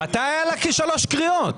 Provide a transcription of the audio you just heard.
מתי היה לה שלוש קריאות?